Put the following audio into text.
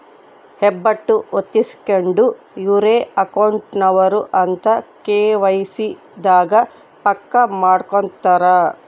ಹೆಬ್ಬೆಟ್ಟು ಹೊತ್ತಿಸ್ಕೆಂಡು ಇವ್ರೆ ಅಕೌಂಟ್ ನವರು ಅಂತ ಕೆ.ವೈ.ಸಿ ದಾಗ ಪಕ್ಕ ಮಾಡ್ಕೊತರ